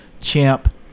Champ